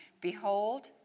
Behold